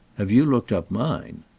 have you looked up mine?